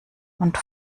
und